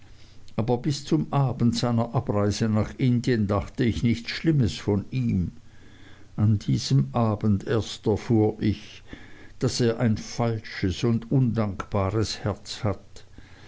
aber bis zum abend seiner abreise nach indien dachte ich nichts schlimmes von ihm an diesem abend erst erfuhr ich daß er ein falsches und undankbares herz hat